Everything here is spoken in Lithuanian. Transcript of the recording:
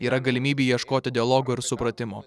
yra galimybė ieškoti dialogo ir supratimo